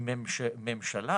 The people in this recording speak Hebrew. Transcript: מבחינת הממשלה